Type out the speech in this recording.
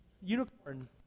Unicorn